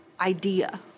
idea